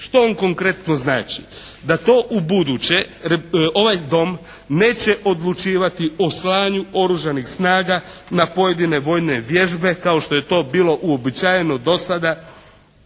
Što on konkretno znači? Da to ubuduće ovaj Dom neće odlučivati o slanju oružanih snaga na pojedine vojne vježbe kao što je to bilo uobičajeno dosada